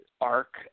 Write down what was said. arc